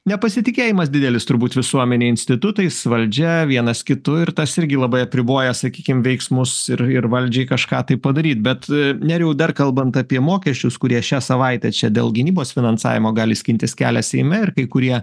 nepasitikėjimas didelis turbūt visuomenėje institutais valdžia vienas kitu ir tas irgi labai apriboja sakykim veiksmus ir ir valdžiai kažką tai padaryt bet nerijau dar kalbant apie mokesčius kurie šią savaitę čia dėl gynybos finansavimo gali skintis kelią seime ir kai kurie